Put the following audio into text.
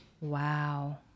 Wow